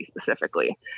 specifically